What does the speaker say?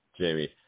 Jamie